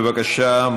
בבקשה.